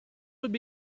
would